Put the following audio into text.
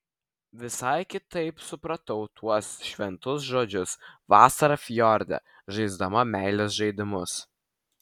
visai kitaip supratau tuos šventus žodžius vasarą fjorde žaisdama meilės žaidimus